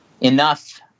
enough